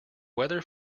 weather